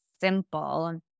simple